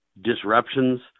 disruptions